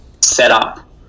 setup